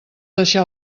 deixar